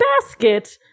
basket